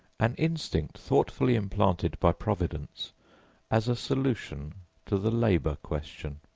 an instinct thoughtfully implanted by providence as a solution to the labor question.